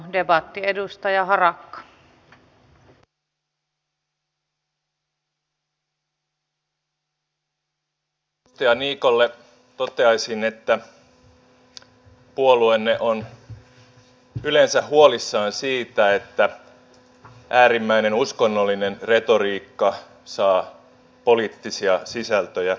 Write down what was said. edustaja niikolle toteaisin että puolueenne on yleensä huolissaan siitä että äärimmäinen uskonnollinen retoriikka saa poliittisia sisältöjä